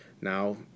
now